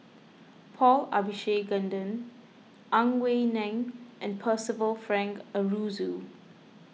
Paul Abisheganaden Ang Wei Neng and Percival Frank Aroozoo